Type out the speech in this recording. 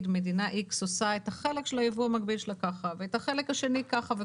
'מדינת X עושה את החלק של היבוא המקביל שלה ככה ואת החלק השני ככה'.